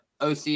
OC